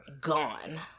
Gone